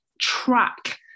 track